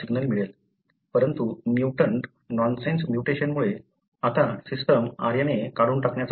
परंतु mutant nonsense म्यूटेशनमुळे आता सिस्टम RNA काढून टाकण्याचा प्रयत्न करते